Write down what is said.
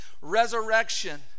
resurrection